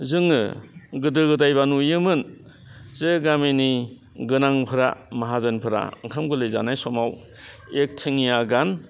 जोङो गोदो गोदायबा नुयोमोन जे गामिनि गोनांफ्रा माहाजोनफ्रा ओंखाम गोरलै जानाय समाव एकथिनिया गान